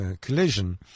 collision